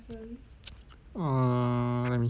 uh let me check